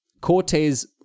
Cortez